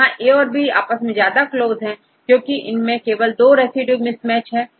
यहां A औरB आपस में ज्यादा क्लोज है क्योंकि इनमें केवल दो रेसिड्यू मिसमैच है